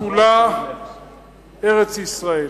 כולה ארץ-ישראל.